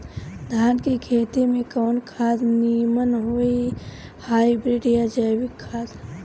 धान के खेती में कवन खाद नीमन होई हाइब्रिड या जैविक खाद?